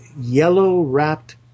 yellow-wrapped